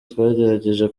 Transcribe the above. twagerageje